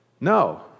No